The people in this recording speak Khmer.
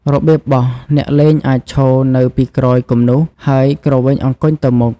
របៀបបោះ អ្នកលេងអាចឈរនៅពីក្រោយគំនូស ហើយគ្រវែងអង្គញ់ទៅមុខ។